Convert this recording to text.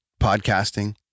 podcasting